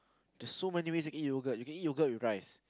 there's so many ways you eat yogurt you can eat yogurt with rice